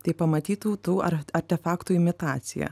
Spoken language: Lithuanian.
tai pamatytų tų ar artefaktų imitaciją